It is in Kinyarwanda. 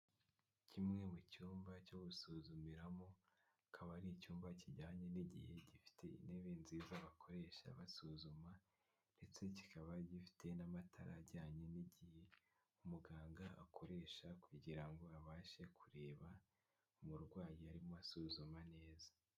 Kimwe mu cyumba cyo gusuzumiramo akaba ari icyumba kijyanye n'igihe gifite intebe nziza bakoresha basuzuma ndetse kikaba gifite n'amatara ajyanye n'igihe umuganga akoresha kugira ngo abashe kureba umurwayi arimo asuzuma neza.